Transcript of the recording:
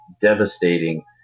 devastating